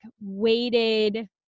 weighted